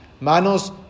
Manos